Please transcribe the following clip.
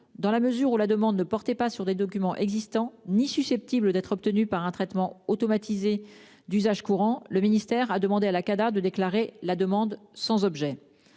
dans la mesure où la demande ne portait pas sur des documents existants ni susceptibles d'être obtenus par un traitement automatisé d'usage courant, le ministère a demandé à la Cada de déclarer la demande sans objet.